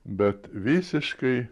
bet visiškai